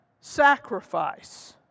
sacrifice